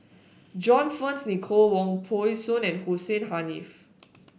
John Fearns Nicoll Wong Peng Soon and Hussein Haniff